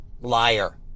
liar